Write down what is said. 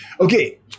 Okay